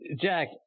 Jack